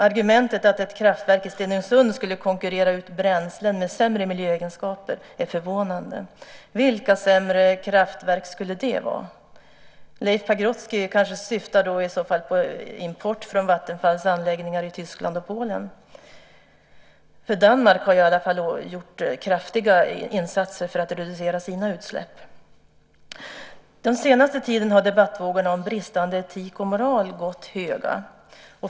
Argumentet att ett kraftverk i Stenungsund skulle konkurrera ut bränslen med sämre miljöegenskaper är förvånande. Vilka sämre kraftverk skulle det vara? Leif Pagrotsky kanske i så fall syftar på import från Vattenfalls anläggningar i Tyskland och Polen. Danmark har i alla fall gjort kraftiga insatser för att reducera sina utsläpp. Den senaste tiden har debattvågorna om bristande etik och moral gått höga.